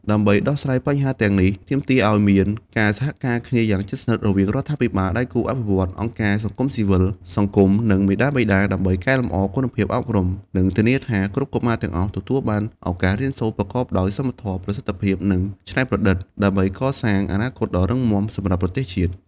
ដើម្បីដោះស្រាយបញ្ហាទាំងនេះ ទាមទារឱ្យមាន ការសហការគ្នាយ៉ាងជិតស្និទ្ធ រវាងរដ្ឋាភិបាល ដៃគូអភិវឌ្ឍន៍ អង្គការសង្គមស៊ីវិល សហគមន៍ និងមាតាបិតា ដើម្បីកែលម្អគុណភាពអប់រំ និងធានាថាគ្រប់កុមារទាំងអស់ទទួលបានឱកាសរៀនសូត្រប្រកបដោយសមធម៌ ប្រសិទ្ធភាព និងច្នៃប្រឌិត ដើម្បីកសាងអនាគតដ៏រឹងមាំសម្រាប់ប្រទេសជាតិ។